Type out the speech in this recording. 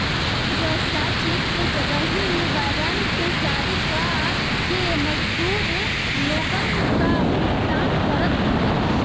सरकार व्यवसाय चेक के जगही वारंट जारी कअ के मजदूर लोगन कअ भुगतान करत बिया